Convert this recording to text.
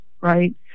right